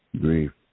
Grief